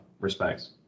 Respects